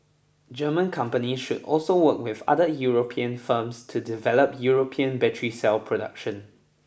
German companies should also work with other European firms to develop European battery cell production